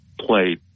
played